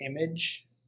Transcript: image